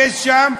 יש שם,